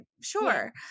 Sure